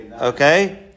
Okay